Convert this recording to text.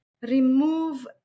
remove